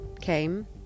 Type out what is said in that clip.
came